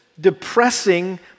Depressing